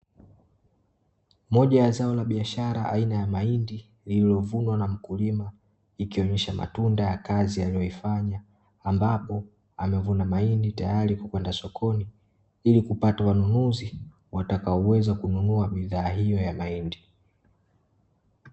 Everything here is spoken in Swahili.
Moja ya zao la biashara aina ya mahindi, lililovunwa na mkulima ikionyesha matunda ya kazi aliyoifanya, ambapo amevuna mahindi tayari kwa kwenda sokoni, ili kupata wanunuzi watakaoweza kununua bidhaa hiyo ya mahindi.